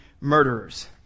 murderers